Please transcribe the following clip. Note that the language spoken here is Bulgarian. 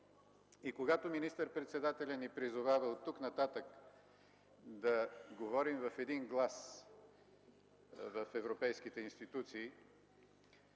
Когато министър-председателят ни призовава оттук-нататък да говорим в един глас в европейските институции,